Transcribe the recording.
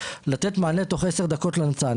לתת מענה תוך עשר דקות לנט"ן.